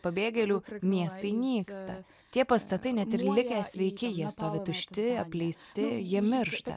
pabėgėlių miestai nyksta tie pastatai net ir likę sveiki jie stovi tušti apleisti jie miršta